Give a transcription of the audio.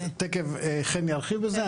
תיכף חן ירחיב בזה.